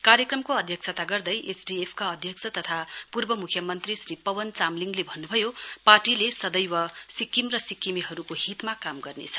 कार्यक्रमको अध्यक्षता गर्दै एसडीएफका अध्यक्ष तथा पूर्व मुख्यमन्त्री श्री पवन चामलिङले भन्नु भयो पार्टीले सदैव सिक्किम र सिक्किमेहरूको हितमा काम गर्नेछ